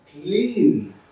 clean